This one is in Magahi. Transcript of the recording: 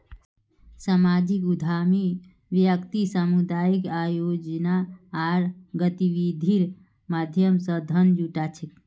सामाजिक उद्यमी व्यक्ति सामुदायिक आयोजना आर गतिविधिर माध्यम स धन जुटा छेक